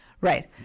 Right